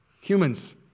Humans